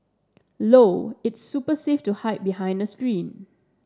low its super safe to hide behind a screen